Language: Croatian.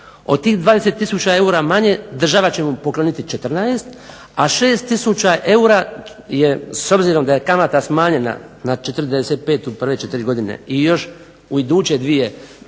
Od tih 20 tisuća eura manje država će mu pokloniti 14, a 6 tisuća eura s obzirom da je kamata smanjena na 45 u prve 4 godine i još u iduće 2 se